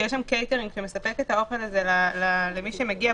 שיש שם קייטרינג שמספק את האוכל למי שמגיע,